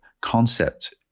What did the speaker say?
concept